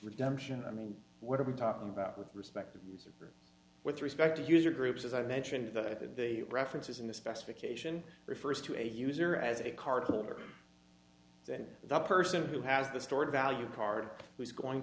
redemption i mean what are we talking about with respect with respect to user groups as i mentioned the references in the specification refers to a user as a card holder then the person who has the stored value card who is going